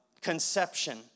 conception